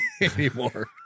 anymore